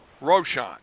Roshan